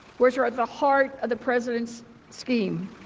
which are at the heart of the presidents scheme.